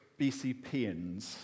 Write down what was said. BCPians